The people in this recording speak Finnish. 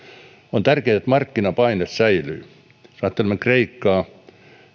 on tärkeätä että markkinapaine säilyy jos ajattelemme kreikkaa